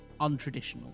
untraditional